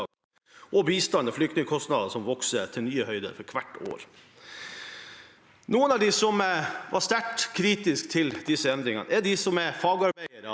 og bistand og flyktningkostnader som vokser til nye høyder for hvert år. Noen av dem som var sterkt kritiske til disse endringene, var fagarbeidere